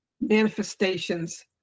manifestations